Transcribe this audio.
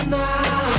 now